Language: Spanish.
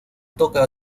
toca